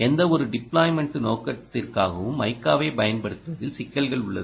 எந்தவொரு டிப்ளாய்மென்டு நோக்கத்திற்காகவும் மைக்காவைப் பயன்படுத்துவதில் சிக்கல்கள் உள்ளது